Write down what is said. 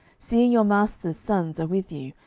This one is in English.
seeing your master's sons are with you,